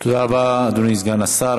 תודה רבה, אדוני סגן השר.